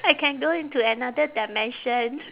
I can go into another dimension